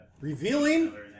Revealing